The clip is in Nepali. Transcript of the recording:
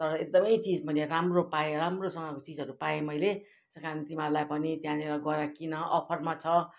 तर एकदमै चिज पनि राम्रो पाएँ राम्रोसँगको चिजहरू पाएँ मैले त्यहाँदेखि तिमीहरूलाई पनि त्यहाँनिर गएर किन अफरमा छ